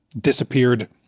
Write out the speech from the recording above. disappeared